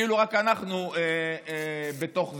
כאילו רק אנחנו בתוך זה,